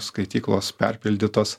skaityklos perpildytos